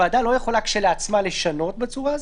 אבל הוועדה לא יכולה כשלעצמה לשנות בצורה הזאת.